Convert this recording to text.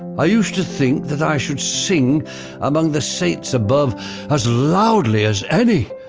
i used to think that i should sing among the saints above as loudly as any.